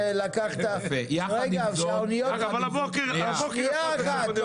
אבל הבוקר --- אוניות